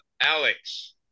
Alex